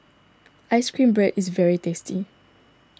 Ice Cream Bread is very tasty